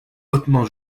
hautement